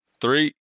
three